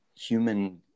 human